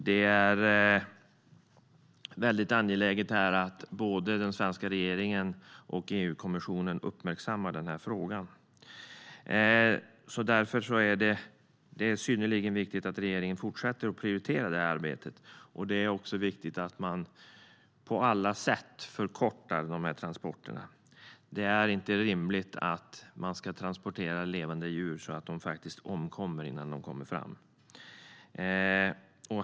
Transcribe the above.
Det är synnerligen viktigt att både den svenska regeringen och EU-kommissionen uppmärksammar den här frågan och att regeringen fortsätter att prioritera det här arbetet. Det är också viktigt att på alla sätt förkorta djurtransporterna. Det är inte rimligt att transportera djur så att de faktiskt omkommer innan de kommer fram.